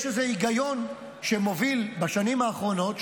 יש איזה היגיון שמוביל בשנים האחרונות,